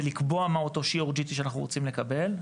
לקבוע מה אותו שיעור GT שאנחנו רוצים לקבל,